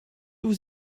vous